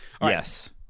yes